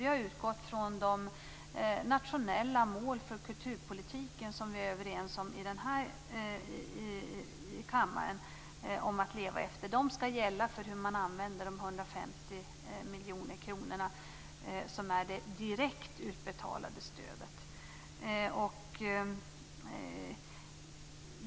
Vi har utgått från att de nationella mål för kulturpolitiken som vi här i kammaren är överens om att leva efter, skall gälla för hur man använder de 150 miljoner kronor som är det direkt utbetalade stödet.